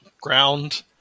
ground